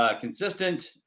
consistent